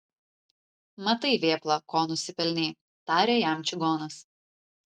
matai vėpla ko nusipelnei tarė jam čigonas